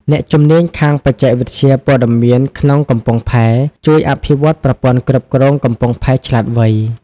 អ្នកជំនាញខាងបច្ចេកវិទ្យាព័ត៌មានក្នុងកំពង់ផែ ជួយអភិវឌ្ឍប្រព័ន្ធគ្រប់គ្រងកំពង់ផែឆ្លាតវៃ ។